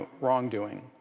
wrongdoing